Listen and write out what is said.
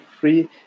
free